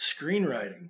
screenwriting